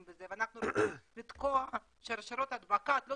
בזה ואנחנו רוצים לקטוע את שרשרות ההדבקה את לא